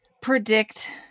predict